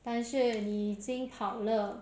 但是你已经跑了